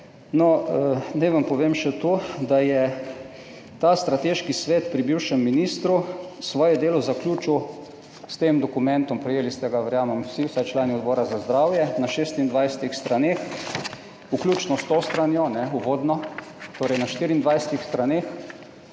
Naj vam povem še to, da je ta strateški svet pri bivšem ministru svoje delo zaključil s tem dokumentom. Prejeli ste ga, verjamem, vsi, vsaj člani Odbora za zdravje na 26 straneh, vključno s to stranjo, uvodno, torej na 24 straneh